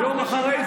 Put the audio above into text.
יועז,